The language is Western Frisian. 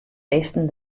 bisten